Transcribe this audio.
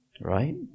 right